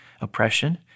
oppression